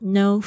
no